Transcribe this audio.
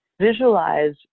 visualize